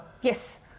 Yes